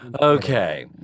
Okay